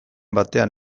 batean